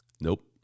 Nope